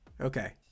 Okay